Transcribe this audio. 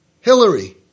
Hillary